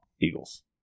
Eagles